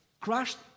crushed